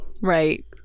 Right